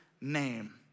name